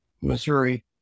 Missouri